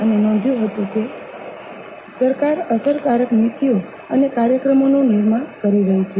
તેમણે નોંધ્યું હતું કે સરકાર અસરકારક નીતિઓ અને કાર્યક્રમોનું નિર્માણ કરી રહી છે